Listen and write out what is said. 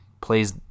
plays